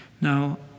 Now